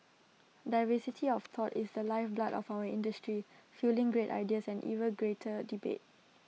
diversity of thought is the lifeblood of our industry fuelling great ideas and even greater debate